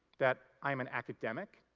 that i'm an academic.